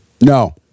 No